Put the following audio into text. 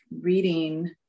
reading